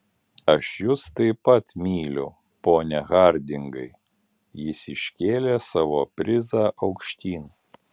aš jus taip pat myliu pone hardingai jis iškėlė savo prizą aukštyn